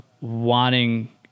wanting